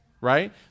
right